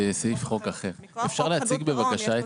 בבקשה,